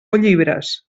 llibres